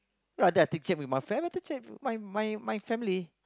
rather I take chat with my friends rather chat my my my family